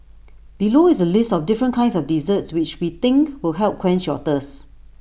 below is A list of different kinds of desserts which we think will help quench your thirst